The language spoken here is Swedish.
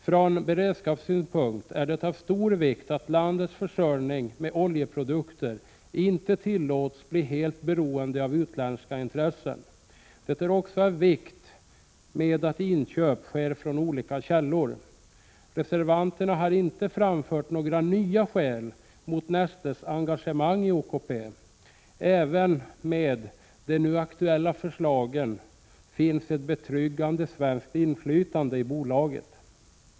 Från beredskapssynpunkt är det av stor vikt att landets försörjning med oljeprodukter inte tillåts bli helt beroende av utländska intressen. Det är också av vikt att inköp sker från olika källor. Reservanterna har inte framfört några nya skäl mot Nestes engagemang i OKP. Även efter ett bifall till de nu aktuella förslagen finns ett betryggande svenskt inflytande i bolaget.